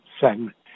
segment